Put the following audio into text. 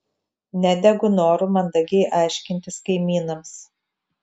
nedegu noru mandagiai aiškintis kaimynams